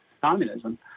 communism